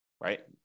right